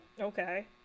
Okay